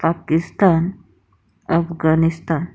Pakistan Afghanistan